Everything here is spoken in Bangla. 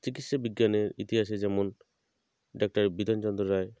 চিকিৎসা বিজ্ঞানের ইতিহাসে যেমন ডাক্তার বিধানচন্দ্র রায়